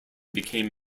became